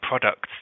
products